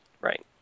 Right